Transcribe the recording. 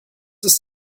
ist